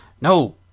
no